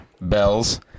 Bells